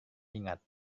ingat